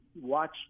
watch